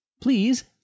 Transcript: Please